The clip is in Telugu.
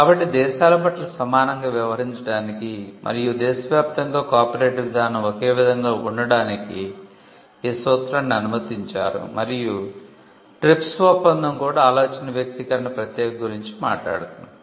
కాబట్టి దేశాల పట్ల సమానంగా వ్యవహరించడానికి మరియు దేశవ్యాప్తంగా కాపీరైట్ విధానం ఒకే విదంగా ఉండటానికి ఈ సూత్రాన్ని అనుమతించారు మరియు TRIPS ఒప్పందం కూడా ఆలోచన వ్యక్తీకరణ ప్రత్యేకత గురించి మాట్లాడుతుంది